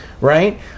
right